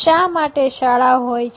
શા માટે શાળા હોય છે